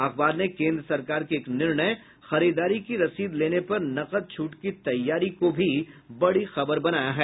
अखबार ने केन्द्र सरकार के एक निर्णय खरीदारी की रसीद लेने पर नकद छूट की तैयारी को भी बड़ी खबर बनाया है